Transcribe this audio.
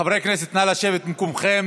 חברי הכנסת, נא לשבת במקומכם.